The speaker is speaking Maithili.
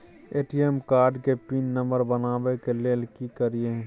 ए.टी.एम कार्ड के पिन नंबर बनाबै के लेल की करिए?